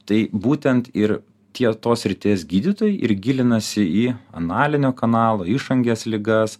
tai būtent ir tie tos srities gydytojai ir gilinasi į analinio kanalo išangės ligas